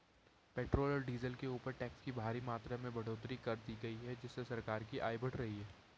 petrol और diesel के ऊपर टैक्स की भारी मात्रा में बढ़ोतरी कर दी गई है जिससे सरकार की आय बढ़ रही है